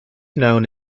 known